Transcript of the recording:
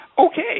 Okay